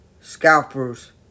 scalpers